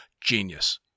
genius